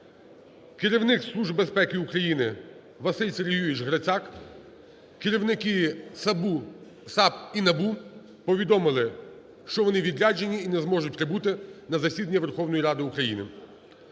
керівник Служби безпеки України Василь Сергійович Грицак; керівники САП і НАБУ повідомили, що вони у відрядженні і не зможуть прибути на засідання Верховної Ради України.